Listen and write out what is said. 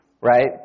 right